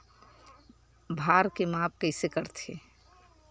भार के माप कइसे करथे?